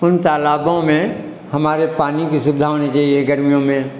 उन तालाबों में हमारे पानी की सुविधा होनी चाहिए गर्मियों में